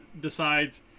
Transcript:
decides